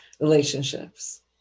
relationships